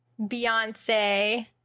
Beyonce